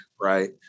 right